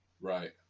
Right